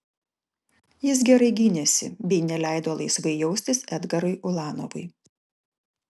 jis gerai gynėsi bei neleido laisvai jaustis edgarui ulanovui